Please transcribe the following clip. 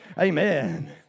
Amen